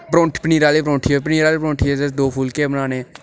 प्रौंठी पनीरै आह्ले प्रौंठे पनीरै आह्ले परोंठियै जि'यां दो फुलके बनाने